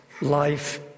life